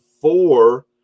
four